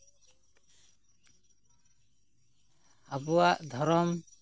ᱟᱵᱚᱣᱟᱜ ᱫᱷᱚᱨᱚᱢ